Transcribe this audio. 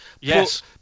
Yes